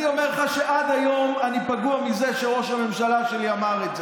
אני אומר לך שעד היום אני פגוע מזה שראש הממשלה שלי אמר את זה,